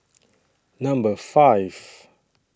Number five